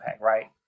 right